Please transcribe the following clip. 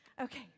Okay